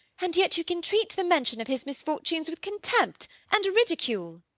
and yet you can treat the mention of his misfortunes with contempt and ridicule!